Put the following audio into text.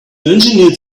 engineered